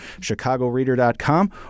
ChicagoReader.com